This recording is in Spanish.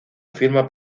afirma